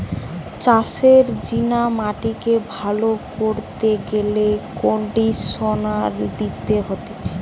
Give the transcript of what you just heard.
চাষের জিনে মাটিকে ভালো কইরতে গেলে কন্ডিশনার দিতে হতিছে